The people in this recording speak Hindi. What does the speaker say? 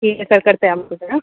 ठीक है सर करते हैं हम कुछ है न